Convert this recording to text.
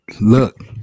Look